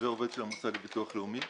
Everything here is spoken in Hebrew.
ועובד של המוסד לביטוח לאומי.